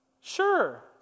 sure